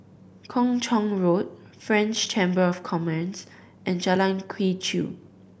Kung Chong Road French Chamber of Commerce and Jalan Quee Chew